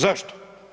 Zašto?